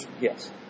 Yes